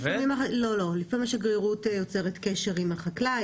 לפעמים השגרירות יוצרת קשר עם החקלאי,